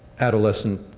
adolescent,